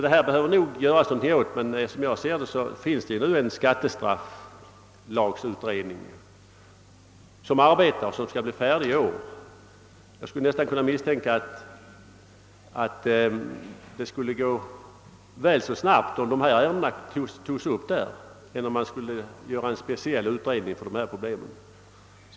Det behöver nog göras någonting åt detta, men det sitter redan en skattestrafflagutredning, som skall bli färdig med sitt arbete i år. Jag misstänker att det skulle gå väl så snabbt, om dessa ärenden togs upp där, som om man skulle tillsätta en speciell utredning.